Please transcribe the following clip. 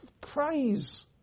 praise